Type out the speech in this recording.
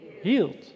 healed